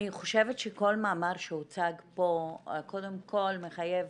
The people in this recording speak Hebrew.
אני חושבת שכל מאמר שהוצג פה קודם כל מחייב